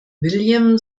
william